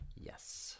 Yes